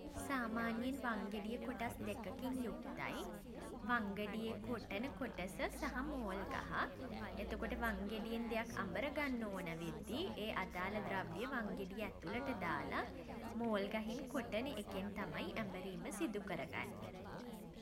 සාමාන්‍යයෙන් වංගෙඩිය කොටස් දෙකකින් යුක්තයි. වංගෙඩියේ කොටන කොටස සහ මෝල්ගහ. එතකොට වංගෙඩියෙන් දෙයක් අඹර ගන්න ඕන වෙද්දී ඒ අදාළ ද්‍රව්‍ය වංගෙඩිය ඇතුලට දාලා මෝල්ගහෙන් කොටන එකෙන් තමයි ඇඹරීම සිදු කරගන්නේ.